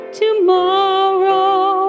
tomorrow